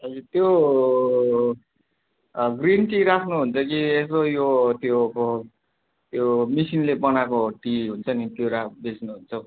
त्यो green tea राम्रो हुन्छ कि यो त्यो त्यो मसिनले बनाएको टी हुन्छ नि त्यो राख्नु बेच्नुहुन्छ हौ